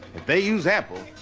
they use apple,